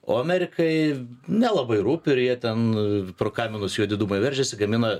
o amerikai nelabai rūpi ir jie ten pro kaminus juodi dūmai veržiasi gamina